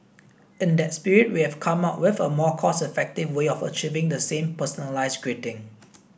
in that spirit we've come up with a more cost effective way of achieving the same personalised greeting